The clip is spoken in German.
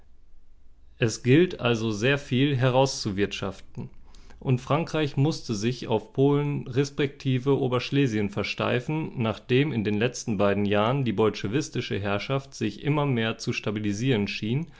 es gilt also sehr viel herauszuwirtschaften und frankreich mußte sich auf polen respektive oberschlesien versteifen nachdem in den letzten beiden jahren die bolschewistische herrschaft sich immer mehr zu stabilisieren schien